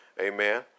Amen